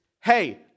hey